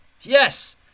Yes